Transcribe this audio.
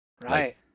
Right